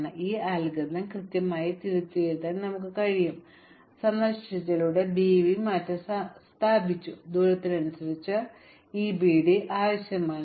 അതിനാൽ ഇതേ അൽഗോരിതം കൃത്യമായി തിരുത്തിയെഴുതാൻ ഞങ്ങൾക്ക് കഴിയും സന്ദർശിച്ചതിലൂടെ ബി വി മാറ്റിസ്ഥാപിച്ചു ദൂരത്തിനനുസരിച്ച് ഇബിടി ആവശ്യമാണ്